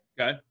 Okay